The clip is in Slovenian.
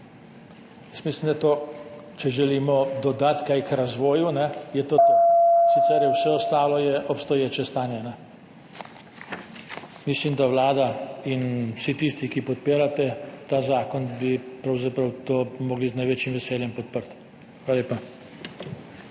mislim, da je to, če želimo dodati kaj k razvoju, je to to, sicer je, vse ostalo je obstoječe stanje. Mislim, da Vlada in vsi tisti, ki podpirate ta zakon, bi pravzaprav to mogli z največjim veseljem podpreti. Hvala lepa.